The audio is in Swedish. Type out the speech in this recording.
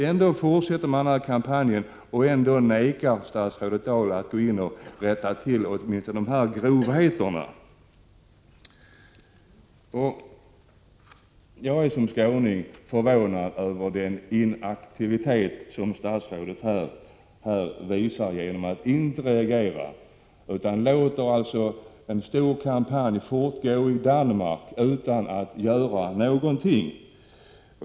Ändå fortsätter man med kampanjen och ändå vägrar statsrådet Dahl att gå in och rätta till åtminstone de här grovheterna. Jag är som skåning förvånad över den inaktivitet som statsrådet här visar, genom att hon inte reagerar utan låter en stor kampanj fortgå i Danmark utan att göra någonting.